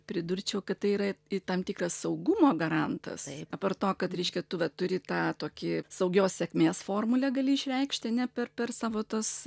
pridurčiau kad tai yra tam tikras saugumo garantas apart to kad reiškia tu vat turi tą tokį saugios sėkmės formulę gali išreikšti ane per per savo tuos